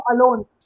alone